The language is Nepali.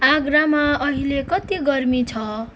आगरामा अहिले कति गर्मी छ